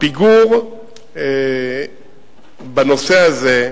הפיגור בנושא הזה,